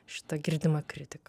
šita girdima kritika